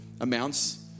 amounts